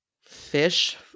fish